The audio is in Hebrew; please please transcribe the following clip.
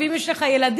ואם יש לך ילדים,